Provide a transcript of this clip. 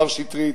מר שטרית,